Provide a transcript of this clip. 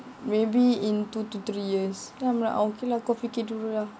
maybe in two to three years then I'm like okay lah kau fikir dulu lah